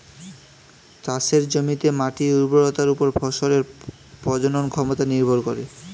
চাষের জমিতে মাটির উর্বরতার উপর ফসলের প্রজনন ক্ষমতা নির্ভর করে